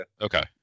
Okay